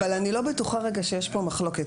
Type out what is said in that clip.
אבל אני לא בטוחה שיש פה מחלוקת,